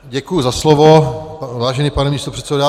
Děkuji za slovo, vážený pane místopředsedo.